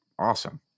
awesome